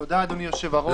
תודה, אדוני היושב בראש,